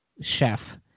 Chef